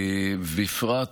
בפרט